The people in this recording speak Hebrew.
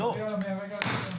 --- מהרגע הראשון.